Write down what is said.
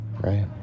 right